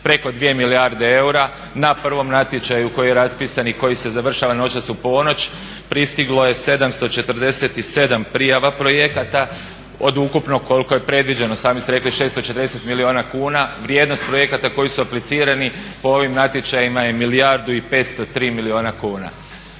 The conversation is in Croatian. preko 2 milijarde eura. Na prvom natječaju koji je raspisan i koji se završava noćas u ponoć pristiglo je 747 prijava projekata od ukupno koliko je predviđeno. Sami ste rekli 640 milijuna kuna, vrijednost projekata koje su aplicirane po ovim natječajima je 1 milijardu i 503 milijuna kuna.